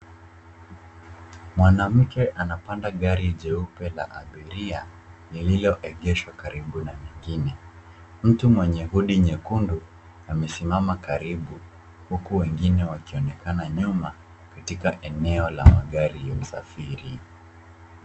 Mwanamke anapanda gari jeupe la abiria lililoegeshwa karibu na nyingine. Mtu mwenye hudi nyekundu amesimama karibu, huku wengine wakisimama nyuma katika eneo la magari ya usafiri.